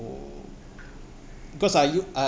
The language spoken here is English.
because I u~ uh